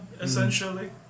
essentially